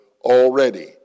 already